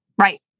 Right